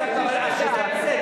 עלי צעקו,